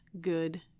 good